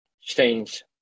change